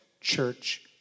church